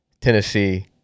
Tennessee